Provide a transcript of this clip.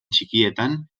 txikietan